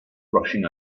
rushing